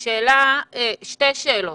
שתי שאלות,